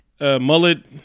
mullet